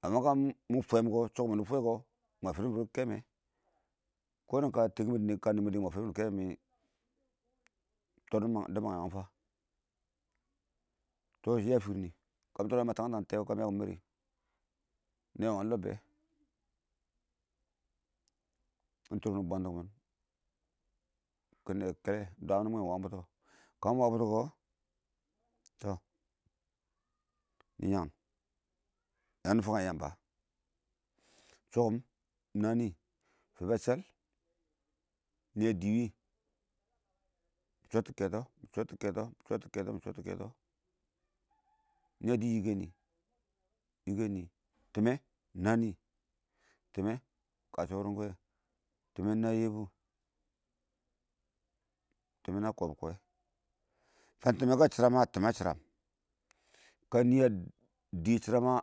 kəshɪ chʊngʊm mɪn fwəm kɔ mə fʊhgʊm-fʊngʊm kɛmwɛ kɔ də ɪng kə tɛɛ mwɛ yɛ nɛ mwɛ dɪɪ mə fʊngʊn-fʊng mɪ tɔrɪm dɪ məng yɛ wənɪ fən tɔ yə fɪrɪ kən tɔrɪm mə tɔrɪm tɔr kə tɛkʊ tɛngɪm təng kɛn nəyɛ wəngɪn bɪyən ɪng tɔr mɪnɪ bwətɪ kɪ mɪn kɪ nəyɛ kɛllɛ ɪng dwəmɪ mwɛ ɪng wəm bʊ tɔ kəmɪ wəə bʊ tʊ kɔ tɔ bɛ nɪ yəngɪn, yənɪ fəngɛ yəmbə ba chʊngʊn ɪng nən fɪ bə shɛl nɪ ə dɪ wɪɪ chɔttɔ kɛtɔ, chɔttɔ kɛtɔ, chɔttɔ kɛtɔ, chɔttɔ kɛtɔ nɪ ə ə dɪɪ wɪɪ yɪkɛ nɪ yɪkɛnɪ tɪmɛ ɪng nənɪ tɪmɛ ɪng kəshɔ wɪɪ rʊnkʊ wɛ, tɪmɛ ɪng nə yɛbʊ tɪmɛ nə kɔbɔ kɔ wɛ fən tɪmɛ kə shɪrəm kɔ, tɪmɛ ə shɪrəm kə nɪ ə dɪ shɪrəm mə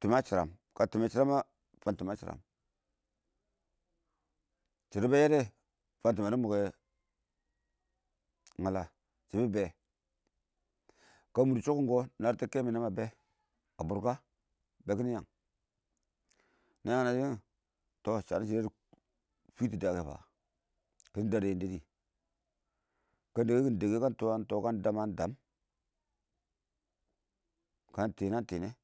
tɪmɛ ə shɪrəm fən tɪmɛ ə shɪrəm shɪdɔ bə yɛkɛ fən tɪmɛ dɪ məngɛ ngəllə kə mɪ wɪɪ dɪ chʊngʊm kɔ ngəltɛ kɛmwɛ dɪ kɪ bɛ ə ə bʊrkə dɪnɪ bɛ nɪ yəngɪn nəən nɪ wɪnɪ ə tɔ shənɪ bɛnɪ yəngɪn shɪdɔ dɪ fɪtʊ kɪ.kʊn dəmkɔ dəm kən dəngkə kʊ ɪng dəngkə kən təkʊ ɪng tɔ kən tɪmɛ kɔ ɪng tɪ mɛ dɛb tədɔ yəng dwəwɛ mwɛ.